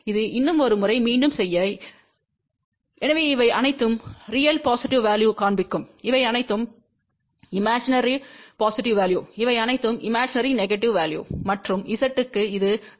எனவே இது இன்னும் ஒரு முறை மீண்டும் செய்ய எனவே இவை அனைத்தும் ரியல் பொசிட்டிவ் வேல்யு காண்பிக்கும் இவை அனைத்தும் இமேஜினரி பொசிட்டிவ் வேல்யு இவை அனைத்தும் இமேஜினரி நெகடிவ் வேல்யு மற்றும் Z க்கு இது 0